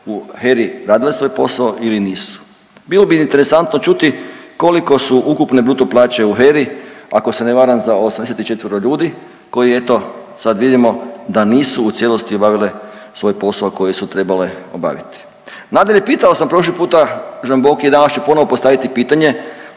u HERA-i radile svoje posao ili nisu. Bilo bi interesantno čuti koliko su ukupne bruto plaće u HERA-i ako se ne varam za 84. ljudi koji eto sad vidimo da nisu u cijelosti obavile svoj posao koji su trebale obaviti. Nadalje, pitao sam prošli puta Žambokija i danas ću ponovo postaviti pitanje,